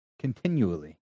continually